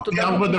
אבל